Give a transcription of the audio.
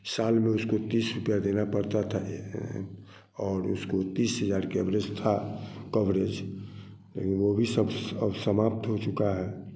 साल में उसको तीस रुपया देना पड़ता था और उसको तीस हज़ार कवरेज था कवरेज लेकिन वो भी सब अब समाप्त हो चुका है